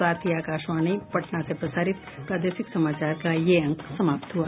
इसके साथ ही आकाशवाणी पटना से प्रसारित प्रादेशिक समाचार का ये अंक समाप्त हुआ